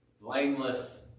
blameless